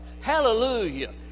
Hallelujah